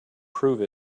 prove